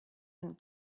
and